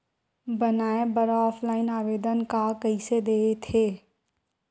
बनाये बर ऑफलाइन आवेदन का कइसे दे थे?